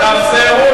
זה לא מכובד.